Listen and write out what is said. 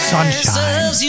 Sunshine